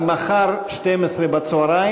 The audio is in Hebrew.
ממחר בשעה 12:00,